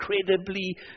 incredibly